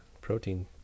protein